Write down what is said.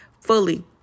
fully